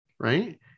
right